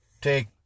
take